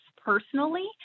personally